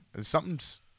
something's